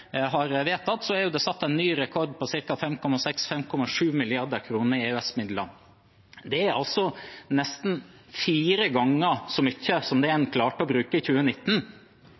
har vedtatt, er det satt en ny rekord på ca. 5,6–5,7 mrd. kr i EØS-midler. Det er altså nesten fire ganger så mye som det en klarte å bruke i 2019.